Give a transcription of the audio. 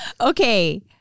Okay